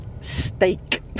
steak